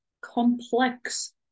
complex